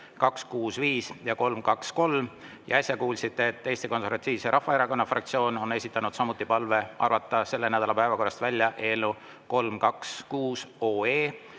265 ja 323. Ja äsja kuulsite, et Eesti Konservatiivse Rahvaerakonna fraktsioon on esitanud palve arvata selle nädala päevakorrast samuti välja eelnõu 326.